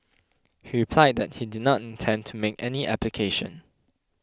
he replied that he did not intend to make any application